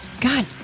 God